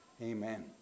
Amen